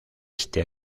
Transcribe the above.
este